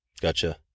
Gotcha